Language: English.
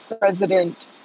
president